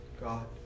God